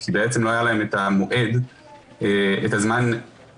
כי לא היה להם את הזמן אחורה.